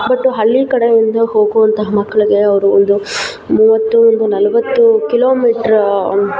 but ಹಳ್ಳಿ ಕಡೆಯಿಂದ ಹೋಗುವಂತಹ ಮಕ್ಳಿಗೆ ಅವರು ಒಂದು ಮೂವತ್ತು ಒಂದು ನಲವತ್ತು ಕಿಲೋಮೀಟ್ರ್